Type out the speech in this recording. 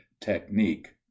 technique